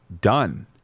done